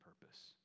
purpose